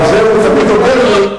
אבל זה הוא תמיד אומר לי,